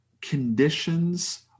conditions